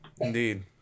Indeed